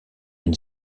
une